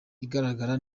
igaragara